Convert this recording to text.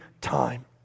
time